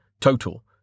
total